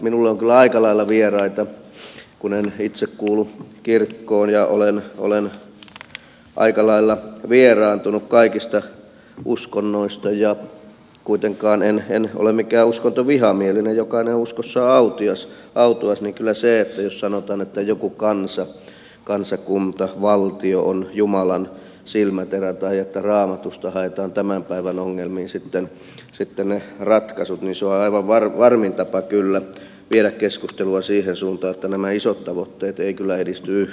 minulle nämä ovat aika lailla vieraita kun en itse kuulu kirkkoon ja olen aika lailla vieraantunut kaikista uskonnoista kuitenkaan en ole mikään uskontovihamielinen jokainen on uskossaan autuas mutta kyllä se jos sanotaan että joku kansa kansakunta valtio on jumalan silmäterä tai raamatusta haetaan tämän päivän ongelmiin sitten ne ratkaisut on varmin tapa viedä keskustelua siihen suuntaan että nämä isot tavoitteet eivät kyllä edisty yhtään